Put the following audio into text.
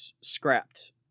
scrapped